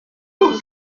burundi